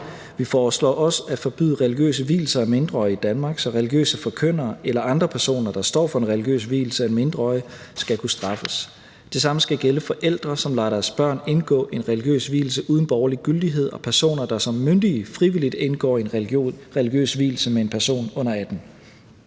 Vi foreslår også at forbyde religiøse vielser af mindreårige i Danmark, så religiøse forkyndere eller andre personer, der står for en religiøs vielse af mindreårige, skal kunne straffes. Det samme skal gælde forældre, som lader deres børn indgå en religiøs vielse uden borgerlig gyldighed, og personer, der som myndige frivilligt indgår en religiøs vielse med en person under 18